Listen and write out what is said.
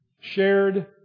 shared